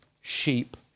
sheep